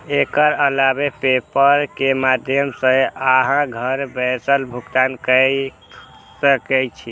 एकर अलावे पेपल के माध्यम सं अहां घर बैसल भुगतान कैर सकै छी